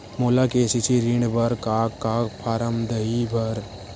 मोला के.सी.सी ऋण बर का का फारम दही बर?